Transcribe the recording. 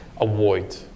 avoid